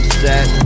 set